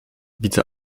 widzę